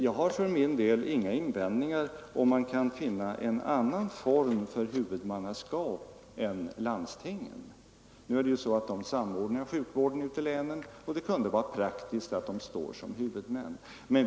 Jag har för min del inga invändningar, om man kan finna en annan huvudman än landstingen. Men det är så att landstingen samordnar sjukvården ute i länet, och det kunde därför vara praktiskt att de står som huvudmän.